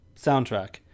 soundtrack